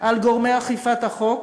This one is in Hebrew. על גורמי אכיפת החוק,